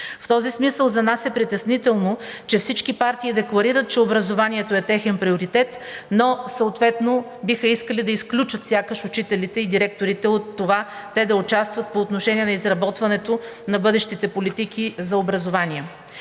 В този смисъл за нас е притеснително, че всички партии декларират, че образованието е техен приоритет, но съответно биха искали да изключат сякаш учителите и директорите от това те да участват по отношение на изработването на бъдещите политики за образование.